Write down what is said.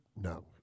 No